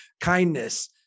kindness